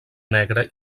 negre